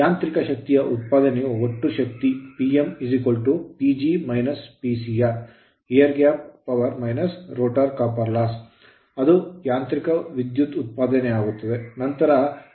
ಯಾಂತ್ರಿಕ ಶಕ್ತಿಯ ಉತ್ಪಾದನೆಯು ಒಟ್ಟು ಶಕ್ತಿ Pm PG Pcr air gap power ಗಾಳಿಯ ಅಂತರದಾದ್ಯಂತ ಶಕ್ತಿ - rotor copper loss ರೋಟರ್ ತಾಮ್ರ ನಷ್ಟ ಅದು ಯಾಂತ್ರಿಕ ವಿದ್ಯುತ್ ಉತ್ಪಾದನೆಯಾಗುತ್ತದೆ